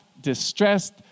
distressed